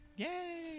Yay